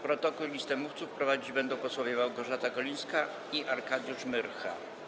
Protokół i listę mówców prowadzić będą posłowie Małgorzata Golińska i Arkadiusz Myrcha.